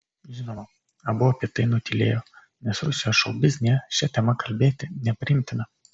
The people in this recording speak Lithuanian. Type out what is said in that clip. žinoma abu apie tai nutylėjo nes rusijos šou biznyje šia tema kalbėti nepriimtina